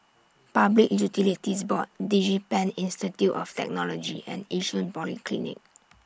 Public Utilities Board Digipen Institute of Technology and Yishun Polyclinic